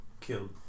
killed